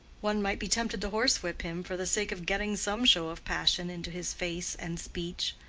one might be tempted to horsewhip him for the sake of getting some show of passion into his face and speech.